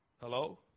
Hello